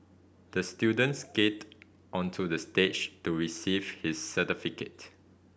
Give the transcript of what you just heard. the student skated onto the stage to receive his certificate